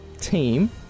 team